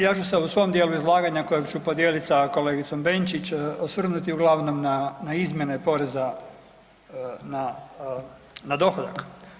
Ja ću se u svom dijelu izlaganja kojeg ću podijeliti sa kolegicom Benčić osvrnuti uglavnom na izmjene poreza na dohodak.